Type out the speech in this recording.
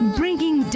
bringing